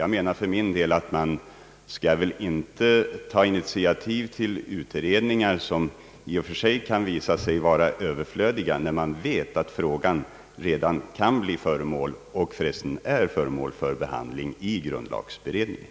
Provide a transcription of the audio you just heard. Jag menar emellertid för min del, att man inte bör ta initiativ till utredningar, som kan visa sig vara överflödiga. I detta fall vet vi att frågan kan bli — och för övriga redan är — föremål för behandling i grundlagberedningen.